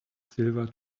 silver